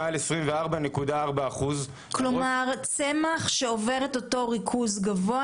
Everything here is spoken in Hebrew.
של מעל 24.4%. צמח שעובר את הריכוז הזה,